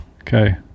Okay